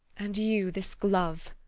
and you this glove.